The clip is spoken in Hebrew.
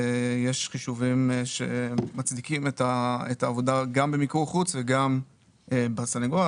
יש חישובים שמצדיקים את העבודה גם במיקור חוץ וגם בסנגוריה.